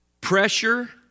Pressure